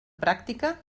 pràctica